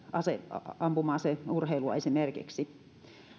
ampuma aseurheilua